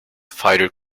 fighter